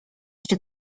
się